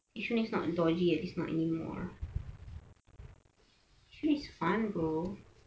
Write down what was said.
yishun is not dodgy eh is not anymore actually it's fun bro